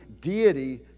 deity